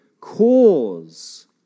cause